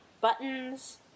buttons